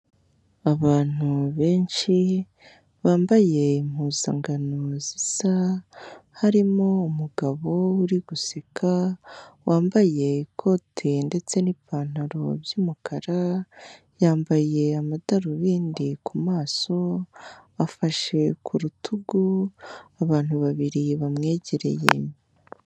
Abantu benshi bambaye impuzangano zisa harimo umugabo uri guseka wambaye ikote ndetse n'ipantaro by'umukara, yambaye amadarubindi ku maso, afashe ku rutugu abantu babiri bamwegereye.